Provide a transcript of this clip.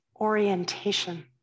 orientation